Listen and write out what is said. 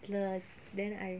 learn then I